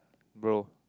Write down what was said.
bro